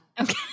okay